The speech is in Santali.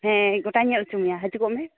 ᱦᱮᱸ ᱜᱚᱴᱟᱧ ᱧᱮᱞ ᱚᱪᱚ ᱢᱮᱭᱟ ᱦᱤᱡᱩᱜᱚᱜ ᱢᱮ